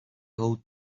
old